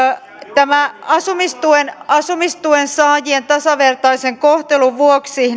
asumistuen asumistuen saajien tasavertaisen kohtelun vuoksi